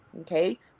Okay